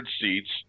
seats